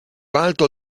alto